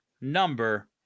number